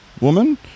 woman